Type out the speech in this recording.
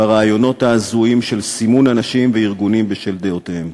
ברעיונות ההזויים של סימון אנשים וארגונים בשל דעותיהם.